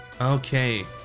Okay